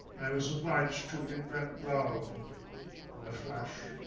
i was obliged to invent love in a flash.